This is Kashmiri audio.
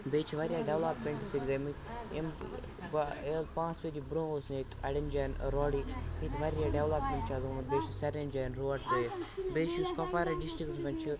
بیٚیہِ چھِ واریاہ ڈیٚولَپمیٚنٛٹہٕ سۭتۍ گٔمٕتۍ یِم پانٛژھ ؤری برونٛہہ اوٗس نہٕ ییٚتہِ اَڑیٚن جایَن روڈٕے ییٚتہِ واریاہ ڈیٚولَپمیٚنٛٹہٕ چھِ آز گۄمُت بیٚیہِ چھِ سارنٕے جایَن روٗڈ ترٛٲیِتھ بیٚیہِ چھِ یُس کۄپوارہ ڈِسٹِرٛکَس منٛز چھِ